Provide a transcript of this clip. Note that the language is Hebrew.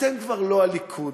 אתם כבר לא הליכוד.